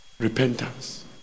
Repentance